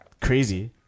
crazy